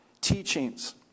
teachings